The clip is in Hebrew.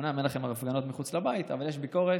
אומנם אין לכם הפגנות מחוץ לבית, אבל יש ביקורת,